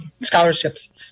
scholarships